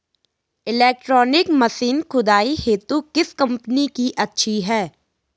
Electronic machine खुदाई हेतु किस कंपनी की अच्छी है?